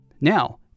Now